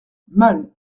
mal